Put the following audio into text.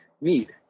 need